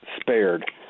spared